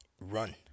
run